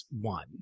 one